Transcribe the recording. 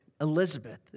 Elizabeth